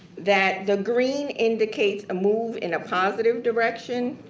that the green indicates a move in a positive direction,